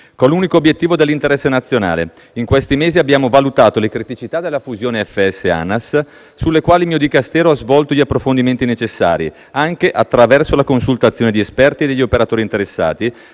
con l'unico obiettivo dell'interesse nazionale. In questi mesi abbiamo valutato le criticità della fusione FS-ANAS, sulle quali il mio Dicastero ha svolto gli approfondimenti necessari anche attraverso la consultazione di esperti e degli operatori interessati,